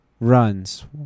runs